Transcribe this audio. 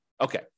Okay